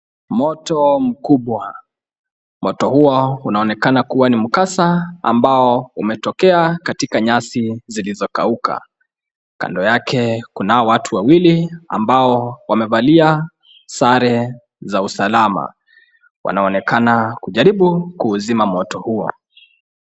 Moto mkubwa, moto huo unaonekana kama ni kasa ambao umetokea katika nyasi zilizokaiuka. Kando yake kunao watu ambao wamevalia sare za usalama, wanaonekana kujaribu kuuzima moto huo.